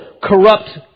corrupt